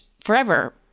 forever